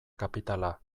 kapitala